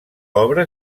obra